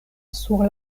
sur